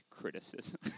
criticism